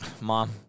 Mom